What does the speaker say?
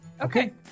Okay